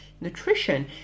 nutrition